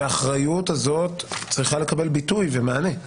והאחריות הזאת צריכה לקבל ביטוי ומענה.